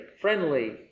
Friendly